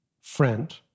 friend